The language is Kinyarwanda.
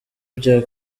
bya